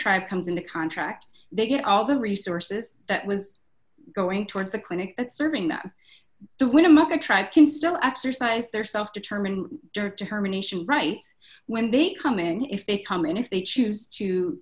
tribe comes in a contract they get all the resources that was going toward the clinic serving that the winnemucca tribe can still exercise their self determined dirt determination right when they come in and if they come in if they choose to